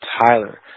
tyler